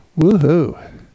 Woohoo